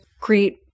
create